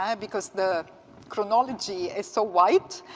um because the chronology is so wide,